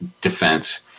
defense